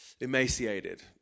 emaciated